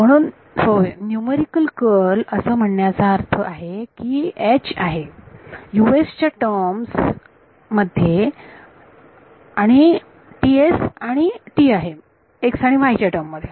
म्हणून होय numerical curl असं इथे म्हणण्याचा माझा अर्थ असा की आहे s च्या टर्म मध्ये आणि s आणि आहे x आणि y च्या टर्म मध्ये